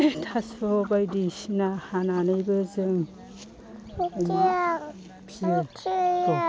थास' बायदिसिना हानानैबो जों फिसियो अमा